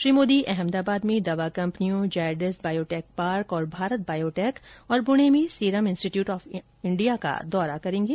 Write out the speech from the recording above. श्री मोदी अहमदाबाद में दवा कंपनियों जायडस बायोटेक पार्क और भारत बायोटेक तथा पुणे में सीरम इंस्टीट्यूट ऑफ अंडिया का दौर करेंगे